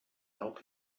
help